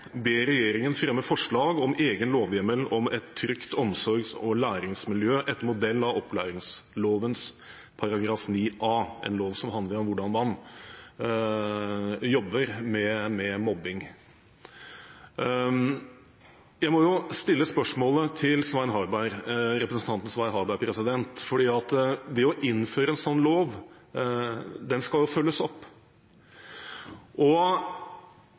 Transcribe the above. ber regjeringen fremme forslag om en egen lovhjemmel om et trygt omsorgs- og læringsmiljø etter modell av opplæringsloven § 9 a, en lov som handler om hvordan man jobber med mobbing. Jeg må stille et spørsmål til representanten Svein Harberg. Når man innfører en sånn lov, skal den følges opp, og